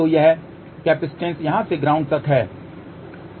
तो यह कैपेसिटर यहाँ से ग्राउंड तक होगा